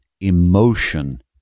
emotion